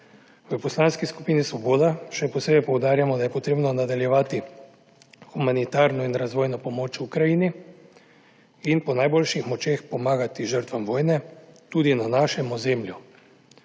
V Poslanski skupini Svoboda še posebej poudarjamo, da je potrebno nadaljevati humanitarno in razvojno pomoč Ukrajini in po najboljših močeh pomagati žrtvam vojne tudi na našem ozemlju.